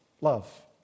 love